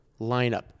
lineup